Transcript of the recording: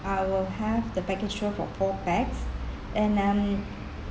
I'll have the package tour for four pax and um